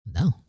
no